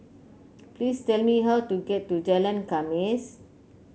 please tell me how to get to Jalan Khamis